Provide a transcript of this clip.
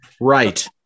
right